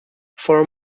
for